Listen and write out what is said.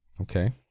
Okay